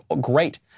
great